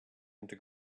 into